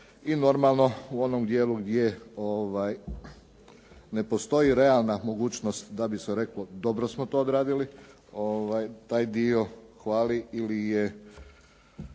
i normalno u onom dijelu gdje ne postoji realna mogućnost da bi se reklo dobro smo to odradili, taj dio hvali ili je